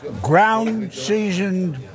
Ground-seasoned